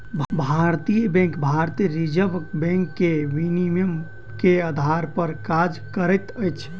भारतीय बैंक भारतीय reserve bank के विनियमन के आधार पर काज करैत अछि